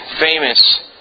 famous